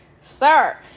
sir